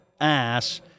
ass